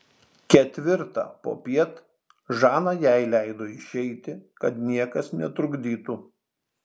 ketvirtą popiet žana jai leido išeiti kad niekas netrukdytų